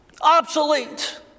Obsolete